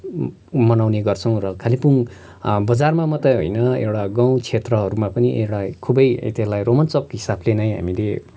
मनाउने गर्छौँ र कालेबुङ बजारमा मात्रै होइन एउटा गाउँ क्षेत्रहरूमा पनि एउटा खुबै त्यसलाई रोमाञ्चक हिसाबले नै हामीले